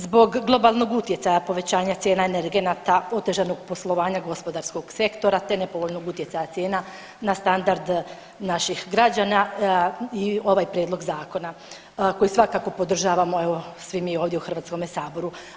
Zbog globalnog utjecaja povećanja cijena energenata, otežanog poslovanja gospodarskog sektora te nepovoljnog utjecaja cijena na standard naših građana i ovaj prijedlog zakona koji svakako podržavamo evo svi mi ovdje u HS-u.